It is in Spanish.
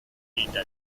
italia